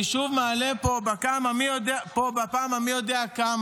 אני שוב מעלה פה בפעם המי-יודע-כמה,